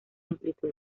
amplitud